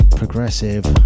progressive